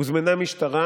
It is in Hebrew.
הוזמנה משטרה"